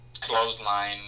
clothesline